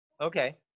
Okay